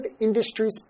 Industries